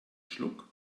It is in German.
schluck